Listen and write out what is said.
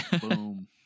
Boom